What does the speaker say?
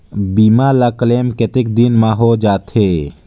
बीमा ला क्लेम कतेक दिन मां हों जाथे?